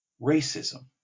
racism